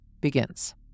begins